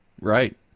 right